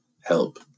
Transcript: help